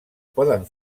poden